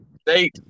state